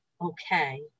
okay